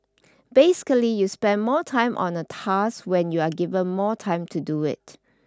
basically you spend more time on a task when you are given more time to do it